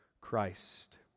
Christ